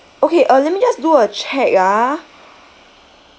okay uh let me just do a check ah